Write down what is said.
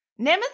Nemeth